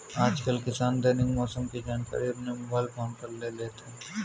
आजकल किसान दैनिक मौसम की जानकारी अपने मोबाइल फोन पर ले लेते हैं